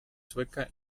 sueca